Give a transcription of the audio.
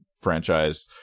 franchise